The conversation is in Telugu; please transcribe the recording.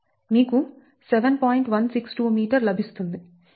162m లభిస్తుంది